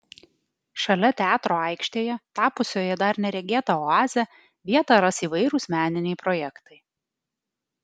šalia teatro aikštėje tapusioje dar neregėta oaze vietą ras įvairūs meniniai projektai